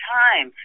time